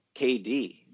KD